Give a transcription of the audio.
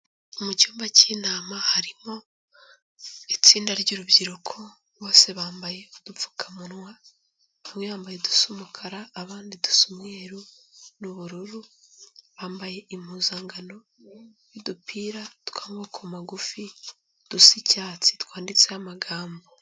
Mu cyumba cy'intama harimo itsinda ry'urubyiruko bose bambaye udupfukamunwa, bamwe bambaye udusa umukara abandi dusa umweru n'ubururu, bambaye impuzankano n'udupira tw'amoboko magufi dusa icyatsi twanditseho amagambo.